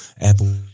Apple